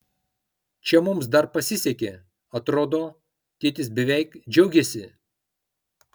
čia mums dar pasisekė atrodo tėtis beveik džiaugėsi